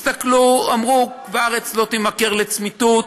הסתכלו, אמרו: והארץ לא תימכר לצמיתות.